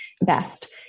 best